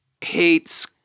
hates